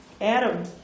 Adam